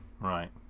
Right